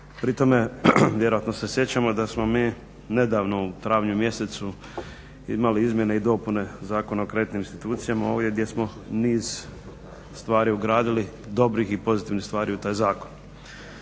pri tome vjerojatno se sjećamo da smo mi nedavno u travnju mjesecu imali izmjene i dopune Zakona o kreditnim institucijama ovdje gdje smo niz stvari ugradili, dobrih i pozitivnih stvari u taj zakon.